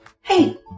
Hey